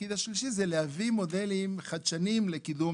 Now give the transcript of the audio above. התפקיד השלישי הוא להביא מודלים חדשניים לקידום